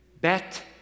bet